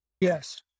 Yes